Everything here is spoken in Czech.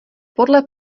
podle